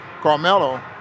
Carmelo